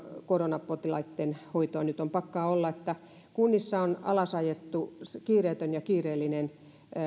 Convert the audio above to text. koronapotilaitten hoitoa nyt pakkaa olla että kunnissa on alasajettu kiireetön ja kiireellinen